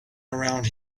around